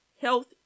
health